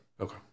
Okay